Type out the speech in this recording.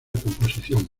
composición